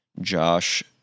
Josh